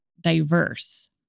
diverse